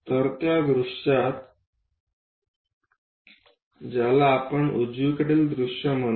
तर त्या दृश्यात ज्याला आपण उजवीकडील दृश्य म्हणतो